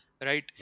right